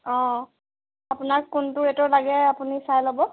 অঁ আপোনাক কোনটো ৰেটৰ লাগে আপুনি চাই ল'ব